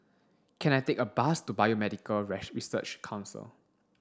can I take a bus to Biomedical Research Council